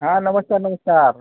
हा नमस्कार नमस्कार